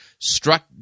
struck